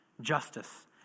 justice